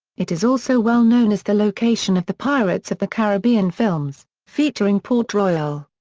it is also well known as the location of the pirates of the caribbean films, featuring port royal.